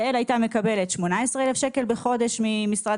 יעל הייתה מקבלת 18,000 שקל בחודש ממשרד